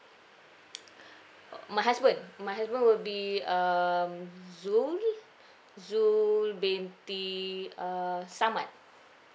uh my husband my husband will be um zul zul binti uh samad